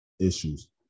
issues